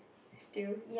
still